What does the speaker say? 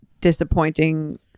disappointing